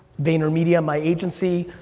vaynermedia, my agency.